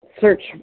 search